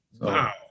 Wow